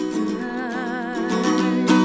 Tonight